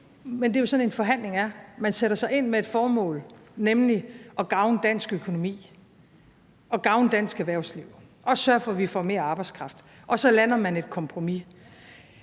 men det er jo sådan, en forhandling er. Man sætter sig ind med et formål, nemlig at gavne dansk økonomi og gavne dansk erhvervsliv og sørge for, at vi får mere arbejdskraft, og så lander man et kompromis.